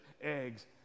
eggs